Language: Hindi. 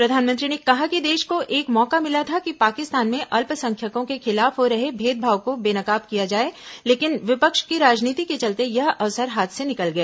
प्रधानमंत्री ने कहा कि देश को एक मौका मिला था कि पाकिस्तान में अल्पसंख्यकों के खिलाफ हो रहे भेदभाव को बेनकाब किया जाए लेकिन विपक्ष की राजनीति के चलते यह अवसर हाथ से निकल गया